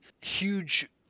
huge